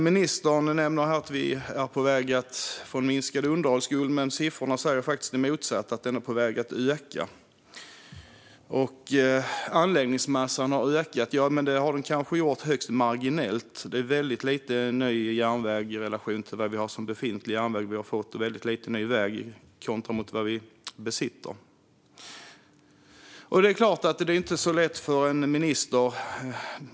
Ministern nämnde att vi är på väg att få en minskad underhållsskuld, men siffrorna säger faktiskt det motsatta, att den är på väg att öka. Anläggningsmassan kanske har ökat, men det är högst marginellt. Det är väldigt lite ny järnväg i relation till befintlig järnväg, och vi har fått mycket lite ny väg jämfört med vad vi besitter. Det är klart att det inte är så lätt för en minister.